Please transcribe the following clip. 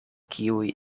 kiuj